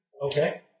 Okay